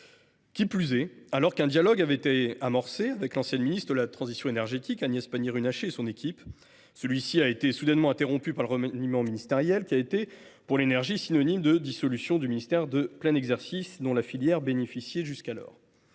Qui plus est, alors qu’un dialogue avait été amorcé avec l’ancienne ministre de la transition énergétique Agnès Pannier Runacher et son équipe, celui ci a été soudainement interrompu par le remaniement ministériel, qui a été pour l’énergie synonyme de dissolution du ministère de plein exercice dont la filière bénéficiait jusqu’alors.